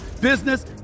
business